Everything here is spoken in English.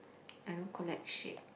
I don't collect shit